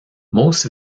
most